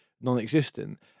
non-existent